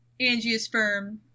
angiosperm